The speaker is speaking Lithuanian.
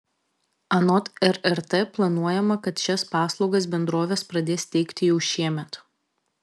anot rrt planuojama kad šias paslaugas bendrovės pradės teikti jau šiemet